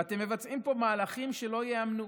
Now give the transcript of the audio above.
ואתם מבצעים פה מהלכים שלא ייאמנו,